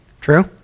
True